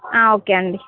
ఆ ఓకే అండీ